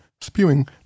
spewing